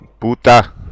Puta